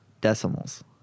decimals